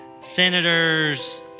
senators